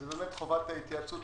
חובת ההתייעצות.